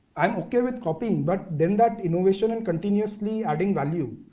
i'm okay with copying, but then, that innovation and continuously adding value,